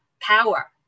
power